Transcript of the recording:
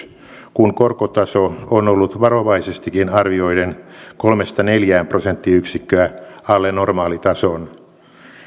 kun korkotaso on ollut varovaisestikin arvioiden kolme viiva neljä prosenttiyksikköä alle normaalitason